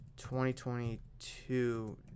2022